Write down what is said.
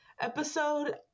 episode